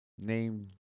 named